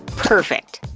perfect.